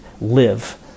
live